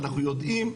אנחנו יודעים,